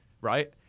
right